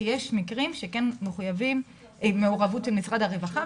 כי יש מקרים שכן מחויבים עם מעורבות של משרד הרווחה,